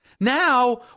Now